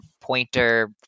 pointer